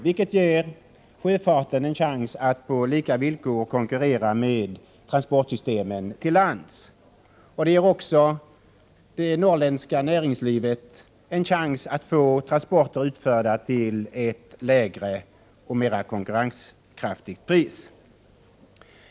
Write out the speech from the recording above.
Det ger sjöfarten en chans att på lika villkor konkurrera med transportsystemen till lands. Det ger också det norrländska näringslivet en chans att få transporter utförda till ett lägre och mera konkurrenskraftigt pris.